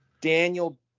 Daniel